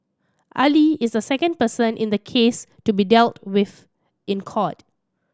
Ali is the second person in the case to be dealt with in court